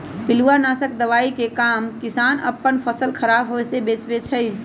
पिलुआ नाशक दवाइ के काम किसान अप्पन फसल ख़राप होय् से बचबै छइ